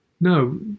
No